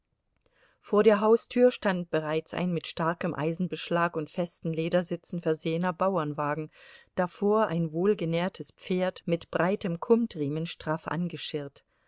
vor der haustür stand bereits ein mit starkem eisenbeschlag und festen ledersitzen versehener bauernwagen davor ein wohlgenährtes pferd mit breiten kumtriemen straff angeschirrt